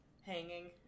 hanging